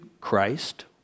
Christ